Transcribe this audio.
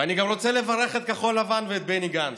ואני רוצה לברך את גם כחול לבן ואת בני גנץ.